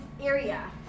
area